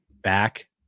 back